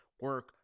Work